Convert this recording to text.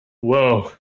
Whoa